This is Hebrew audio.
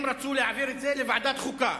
הם רצו להעביר את זה לוועדת חוקה.